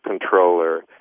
controller